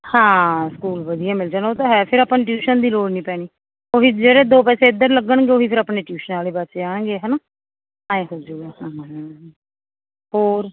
ਹਾਂ ਸਕੂਲ ਵਧੀਆ ਮਿਲ ਜਾਣਾ ਉਹ ਤਾਂ ਹੈ ਫਿਰ ਆਪਾਂ ਨੂੰ ਟਿਊਸ਼ਨ ਦੀ ਲੋੜ ਨਹੀਂ ਪੈਣੀ ਉਹੀ ਜਿਹੜੇ ਦੋ ਪੈਸੇ ਇੱਧਰ ਲੱਗਣਗੇ ਉਹੀ ਫੇਰ ਆਪਣੇ ਟਿਊਸ਼ਨ ਵਾਲੇ ਬਚ ਜਾਣਗੇ ਹੈ ਨਾ ਆਂਏ ਹੋ ਜੂਗਾ ਹਾਂ ਹਾਂ ਹੋਰ